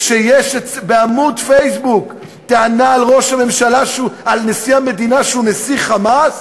שיש בעמוד פייסבוק טענה על נשיא המדינה שהוא נשיא "חמאס",